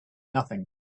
nothing